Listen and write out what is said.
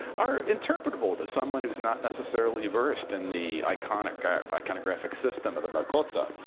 are interpretable to someone who is not necessarily versed in the iconographic iconographic system of the lakota.